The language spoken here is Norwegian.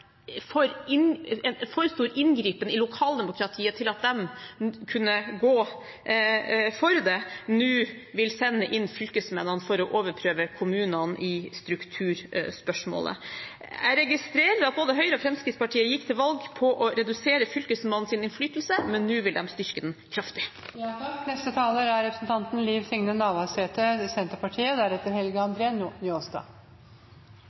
en for stor inngripen i lokaldemokratiet til at de kunne gå for det, nå vil sende inn fylkesmennene for å overprøve kommunene i strukturspørsmålet. Jeg registrerer at både Høyre og Fremskrittspartiet gikk til valg på å redusere Fylkesmannens innflytelse. Nå vil de styrke den kraftig. Senterpartiet er samd med dei som meiner at det er gjort mykje godt arbeid lokalt. Dette er ikkje på grunn av handteringa til